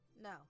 No